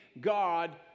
God